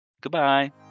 Goodbye